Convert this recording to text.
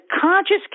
conscious